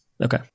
Okay